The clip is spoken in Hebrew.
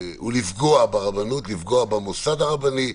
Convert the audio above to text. לפגוע ברבנות, לפגוע במוסד הרבני,